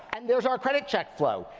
and there's our credit check flow.